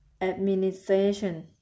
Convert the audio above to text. administration